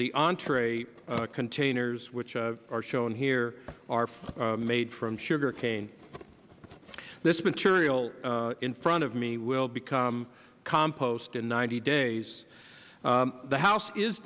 the entree containers which are shown here are made from sugar cane this material in front of me will become compost in ninety days the house is